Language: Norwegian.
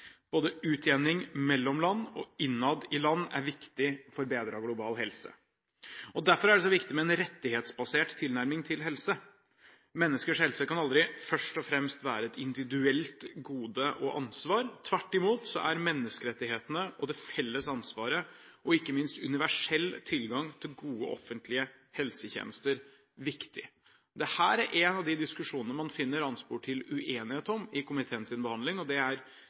Utjevning både mellom land og innad i land er viktig for å forbedre global helse. Derfor er det så viktig med en rettighetsbasert tilnærming til helse. Menneskers helse kan aldri først og fremst være et individuelt gode og ansvar. Tvert imot er menneskerettighetene og det felles ansvaret og ikke minst universell tilgang til gode offentlige helsetjenester viktig. Dette er en av de diskusjonene man finner anspor til uenighet om i komiteens behandling. Det er greit å merke seg, og det er